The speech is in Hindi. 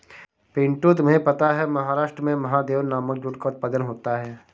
पिंटू तुम्हें पता है महाराष्ट्र में महादेव नामक जूट का उत्पादन होता है